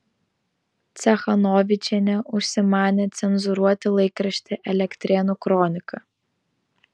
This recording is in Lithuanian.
cechanovičienė užsimanė cenzūruoti laikraštį elektrėnų kronika